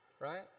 Right